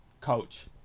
coach